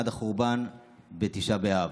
עד החורבן בתשעה באב.